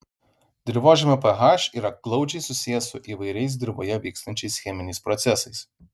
dirvožemio ph yra glaudžiai susijęs su įvairiais dirvoje vykstančiais cheminiais procesais